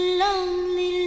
lonely